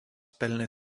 pelnė